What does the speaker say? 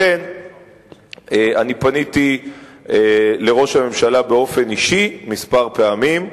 לכן פניתי אל ראש הממשלה באופן אישי כמה פעמים,